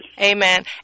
Amen